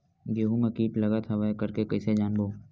गेहूं म कीट लगत हवय करके कइसे जानबो?